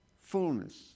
fullness